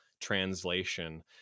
translation